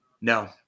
No